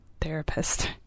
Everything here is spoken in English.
therapist